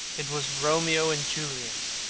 it was romeo and juliet.